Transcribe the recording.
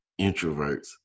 introverts